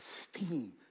esteem